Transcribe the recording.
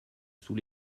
sous